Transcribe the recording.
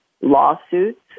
lawsuits